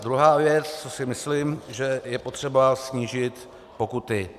Druhá věc, co si myslím, že je potřeba snížit pokuty.